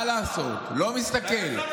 מה לעשות, לא מסתכל.